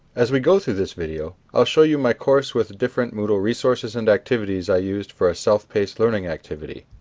as we go through this video, i will show you my course with different moodle resources and activities i use for a self-paced learning activity.